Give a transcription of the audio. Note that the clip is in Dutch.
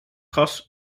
gas